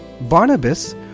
Barnabas